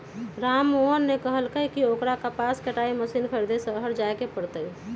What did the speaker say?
राममोहन ने कहल कई की ओकरा कपास कटाई मशीन खरीदे शहर जाय पड़ तय